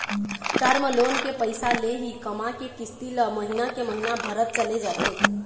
term loan के पइसा ले ही कमा के किस्ती ल महिना के महिना भरत चले जाथे